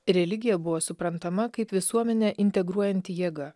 religija buvo suprantama kaip visuomenę integruojanti jėga